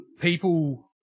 people